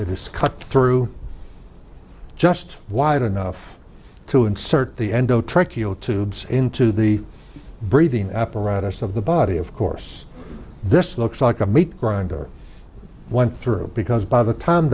is cut through just wide enough to insert the endotracheal tubes into the breathing apparatus of the body of course this looks like a meat grinder went through because by the time